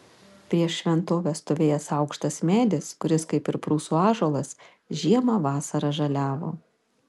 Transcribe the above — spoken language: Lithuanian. prieš šventovę stovėjęs aukštas medis kuris kaip ir prūsų ąžuolas žiemą vasarą žaliavo